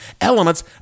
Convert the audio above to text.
elements